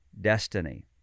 destiny